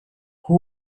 who